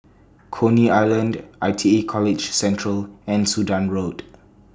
Coney Island I T E College Central and Sudan Road